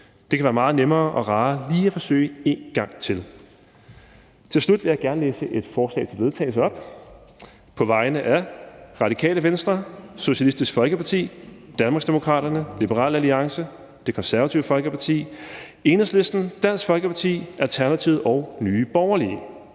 Det kan være meget nemmere og rarere lige at forsøge én gang til. Til slut vil jeg gerne læse et forslag til vedtagelse op på vegne af Radikale Venstre, Socialistisk Folkeparti, Danmarksdemokraterne, Liberal Alliance, Det Konservative Folkeparti, Enhedslisten, Dansk Folkeparti, Alternativet og Nye Borgerlige: